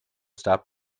stop